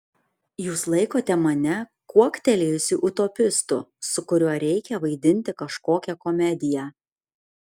jūs laikote mane kuoktelėjusiu utopistu su kuriuo reikia vaidinti kažkokią komediją